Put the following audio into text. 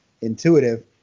intuitive